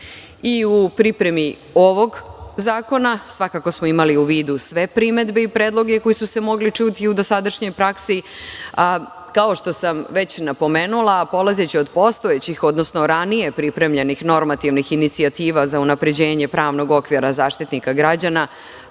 pripremi i ovog zakona, svakako smo imali u vidu sve primedbe i predloge koji su se mogli čuti u dosadašnjoj praksi, a kao što sam već napomenula polazeći od postojećih, odnosno ranije pripremljenih normativnih inicijativa za unapređenje pravnog okvira Zaštitnika građana